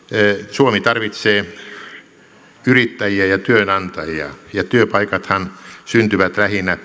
suomi tarvitsee yrittäjiä ja työnantajia ja työpaikathan syntyvät lähinnä